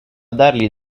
dargli